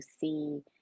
see